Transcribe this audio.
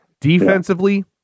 defensively